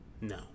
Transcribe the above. No